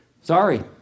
Sorry